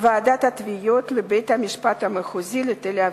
ועידת התביעות לבית-המשפט המחוזי בתל-אביב.